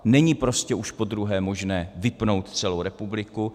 Není prostě už podruhé možné vypnout celou republiku.